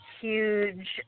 huge